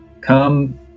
come